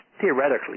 theoretically